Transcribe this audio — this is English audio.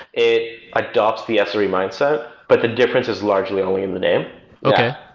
it adopts the yeah sre mindset, but the difference is largely only in the name okay.